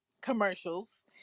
commercials